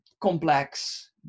complex